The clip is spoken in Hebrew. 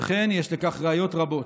וכן יש לכך ראיות רבות: